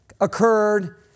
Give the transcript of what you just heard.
occurred